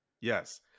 Yes